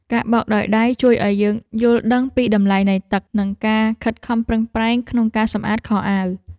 ការបោកដោយដៃជួយឱ្យយើងយល់ដឹងពីតម្លៃនៃទឹក និងការខិតខំប្រឹងប្រែងក្នុងការសម្អាតខោអាវ។